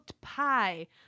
pie